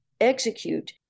execute